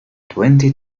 twenty